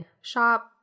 shop